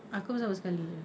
aku pun sama sekali